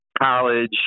college